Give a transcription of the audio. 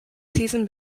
season